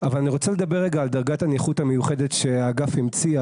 אבל אני רוצה לדבר על דרגת הנכות המיוחדת שהאגף המציא,